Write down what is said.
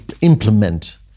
implement